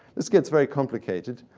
this gets very complicated,